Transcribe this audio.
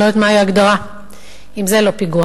אני לא יודעת מהי ההגדרה אם זה לא פיגוע.